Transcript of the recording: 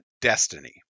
destiny